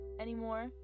anymore